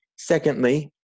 Secondly